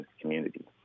community